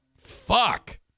Fuck